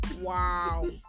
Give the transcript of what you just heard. Wow